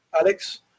Alex